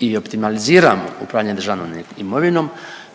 i optimaliziramo upravljanje državnom imovinom,